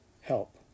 help